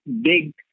big